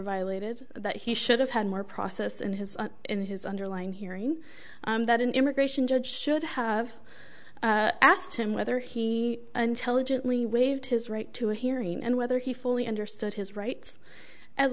violated that he should have had more process in his in his underlying hearing that an immigration judge should have asked him whether he intelligently waived his right to a hearing and whether he fully understood his rights as